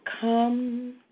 come